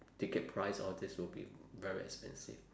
ticket price all this will be very expensive